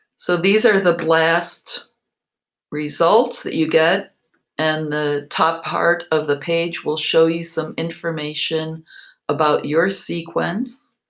so these are the blast results that you get and the top part of the page will show you some information about your sequence.